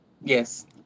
Yes